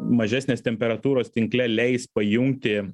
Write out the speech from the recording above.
mažesnės temperatūros tinkle leis pajungti